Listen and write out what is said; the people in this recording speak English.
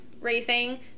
racing